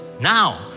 now